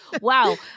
Wow